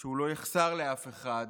שהוא לא יחסר לאף אחד,